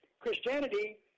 Christianity